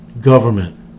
government